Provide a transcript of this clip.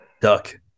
duck